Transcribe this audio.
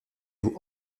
vous